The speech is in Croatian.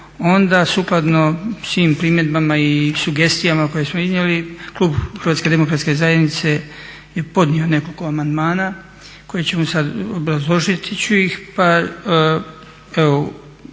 onda sukladno svim primjedbama i sugestijama koje smo iznijeli Klub Hrvatske demokratske zajednice je podnio nekoliko amandmana koje ćemo sada, obrazložiti ću ih, pa evo